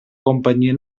companyia